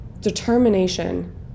determination